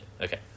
Okay